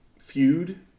feud